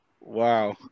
Wow